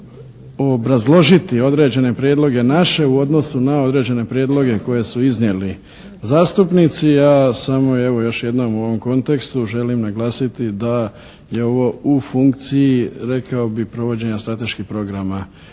pokušam obrazložiti određene prijedloge naše u odnosu na određene prijedloge koje su iznijeli zastupnici, a samo evo još jednom u ovom kontekstu želim naglasiti da je ovo u funkciji rekao bih provođenja strateških programa